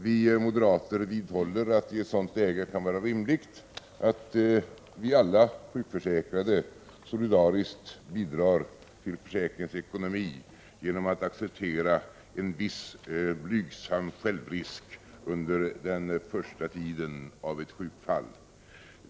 Vi moderater vidhåller att det i ett sådant läge kan vara rimligt att vi alla sjukförsäkrade solidariskt bidrar till försäkringens ekonomi genom att acceptera en viss blygsam självrisk under den första tiden av ett sjukfall.